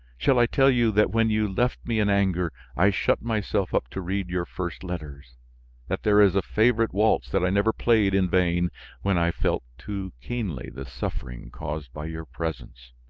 shall i tell you that when you left me in anger i shut myself up to read your first letters that there is a favorite waltz that i never played in vain when i felt too keenly the suffering caused by your presence?